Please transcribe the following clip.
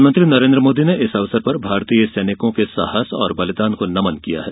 प्रधानमंत्री नरेन्द्र मोदी ने इस अवसर पर भारतीय सैनिकों के साहस और बलिदान को नमन किया है